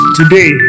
today